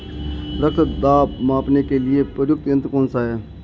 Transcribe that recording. रक्त दाब मापने के लिए प्रयुक्त यंत्र कौन सा है?